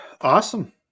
awesome